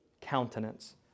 Countenance